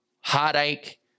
heartache